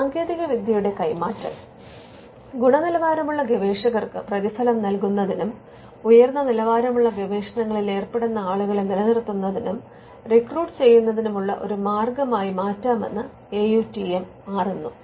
സാങ്കേതികവിദ്യയുടെ കൈമാറ്റം ഗുണനിലവാരമുള്ള ഗവേഷകർക്ക് പ്രതിഫലം നൽകുന്നതിനും ഉയർന്ന നിലവാരമുള്ള ഗവേഷണങ്ങളിൽ ഏർപ്പെടുന്ന ആളുകളെ നിലനിർത്തുന്നതിനും റിക്രൂട്ട് ചെയ്യുന്നതിനുമുള്ള ഒരു മാർഗമായി മാറ്റാമെന്ന് AUTM മാറുന്നു